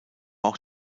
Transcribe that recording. auch